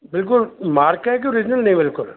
ਬਿਲਕੁਲ ਮਾਰਕਾ ਹੈ ਕਿ ਓਰੀਜਨਲ ਨੇ ਬਿਲਕੁਲ